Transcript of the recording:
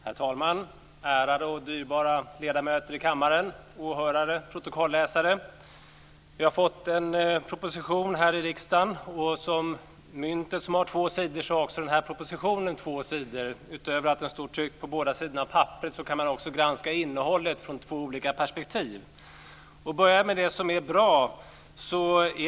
Herr talman! Ärade och dyrbara ledamöter i kammaren, åhörare och protokolläsare! Vi har fått en proposition här i riksdagen. Liksom myntet har två sidor har också propositionen två sidor. Utöver att det står tryckt på båda sidorna av papperet kan man också granska innehållet utifrån två olika perspektiv. Jag börjar med det som är bra.